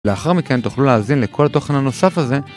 לאחר מכן תוכלו להאזין לכל התוכן הנוסף הזה